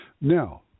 Now